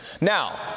now